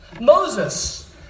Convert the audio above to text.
Moses